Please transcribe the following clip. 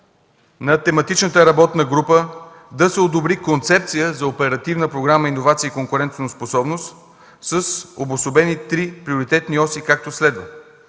на тематичната работна група да се одобри концепция за Оперативна програма „Иновации и конкурентоспособност” с обособени три приоритетни оси, както следва: